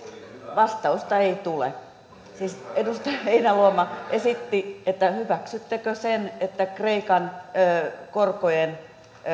vastausta ei tule edustaja heinäluoma esitti että hyväksyttekö sen että kreikan korkojen